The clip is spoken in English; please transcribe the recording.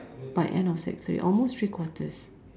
by end of sec three almost three quarters